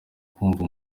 kumva